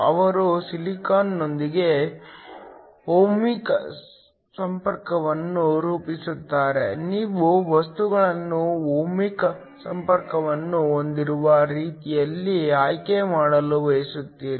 ಅವರು ಸಿಲಿಕಾನ್ನೊಂದಿಗೆ ಓಹ್ಮಿಕ್ ಸಂಪರ್ಕವನ್ನು ರೂಪಿಸುತ್ತಾರೆ ನೀವು ವಸ್ತುಗಳನ್ನು ಓಹ್ಮಿಕ್ ಸಂಪರ್ಕವನ್ನು ಹೊಂದಿರುವ ರೀತಿಯಲ್ಲಿ ಆಯ್ಕೆ ಮಾಡಲು ಬಯಸುತ್ತೀರಿ